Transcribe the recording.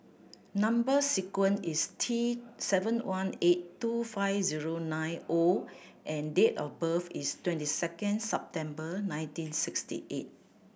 number sequence is T seven one eight two five zero nine O and date of birth is twenty second September nineteen sixty eight